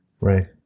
Right